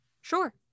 Sure